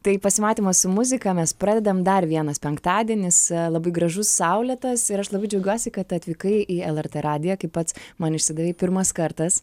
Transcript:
tai pasimatymas su muzika mes pradedam dar vienas penktadienis labai gražus saulėtas ir aš labai džiaugiuosi kad atvykai į lrt radiją kaip pats man išsidavei pirmas kartas